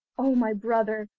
oh, my brother,